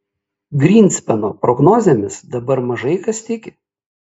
grynspeno prognozėmis dabar mažai kas tiki